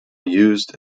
used